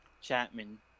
Chapman